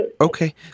okay